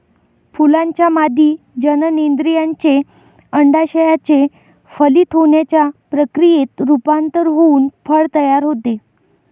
फुलाच्या मादी जननेंद्रियाचे, अंडाशयाचे फलित होण्याच्या प्रक्रियेत रूपांतर होऊन फळ तयार होते